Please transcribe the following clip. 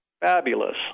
fabulous